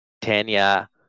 Tanya